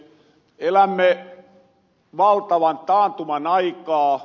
elämme valtavan taantuman aikaa